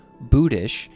Buddhist